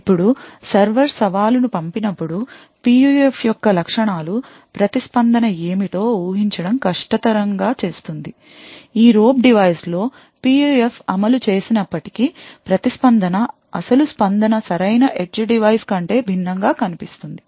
ఇప్పుడు సర్వర్ సవాలును పంపినప్పుడు PUF యొక్క లక్షణాలు ప్రతిస్పందన ఏమిటో ఊహించడం కష్టతరం గా చేస్తుంది ఈ robe డివైస్ లో PUF అమలు చేసినప్పటికీ ప్రతిస్పందన అసలు స్పందన సరైన edge డివైస్ కంటే భిన్నంగా కనిపిస్తుంది